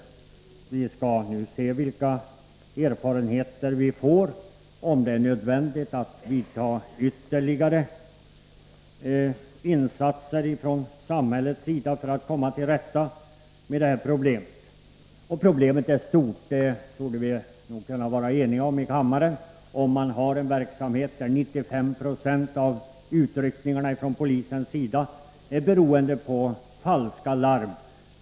Vi skall nu se vilka erfarenheter vi får och om det är nödvändigt att från samhällets sida göra ytterligare insatser för att komma till rätta med problemet. Problemet är stort — det torde vi kunna vara eniga om i kammaren. 95 90 av utryckningarna från polisens sida beror på falska larm.